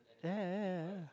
ya